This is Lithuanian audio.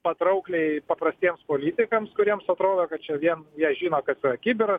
patraukliai paprastiems politikams kuriems atrodo kad čia vien jie žino kas yra kibiras